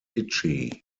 itchy